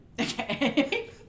Okay